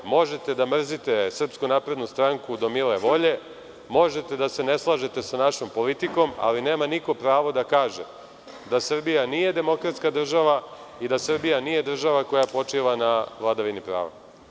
Možete da mrzite SNS do mile volje, možete da se ne slažete sa našom politikom, ali nema niko pravo da kaže da Srbija nije demokratska država i da Srbija nije država koja počiva na vladavini prava.